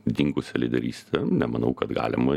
dingusią lyderystę nemanau kad galima